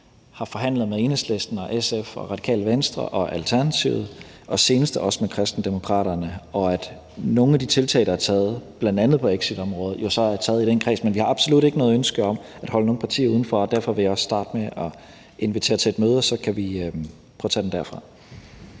har forhandlet med Enhedslisten og SF og Radikale Venstre og Alternativet og senest også med Kristendemokraterne, og at nogle af de tiltag, der er taget, bl.a. på exitområdet, jo så er taget i den kreds. Men vi har absolut ikke noget ønske om at holde nogen partier udenfor, og derfor vil jeg også starte med at invitere til et møde, og så kan vi prøve at tage den derfra.